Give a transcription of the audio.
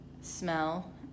smell